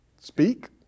speak